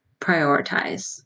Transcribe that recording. prioritize